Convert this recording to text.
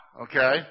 okay